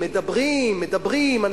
ומדברים, מדברים, מדברים.